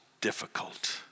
difficult